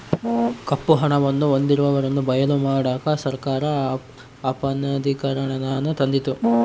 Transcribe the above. ಕಪ್ಪು ಹಣವನ್ನು ಹೊಂದಿರುವವರನ್ನು ಬಯಲು ಮಾಡಕ ಸರ್ಕಾರ ಅಪನಗದೀಕರಣನಾನ ತಂದಿತು